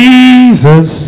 Jesus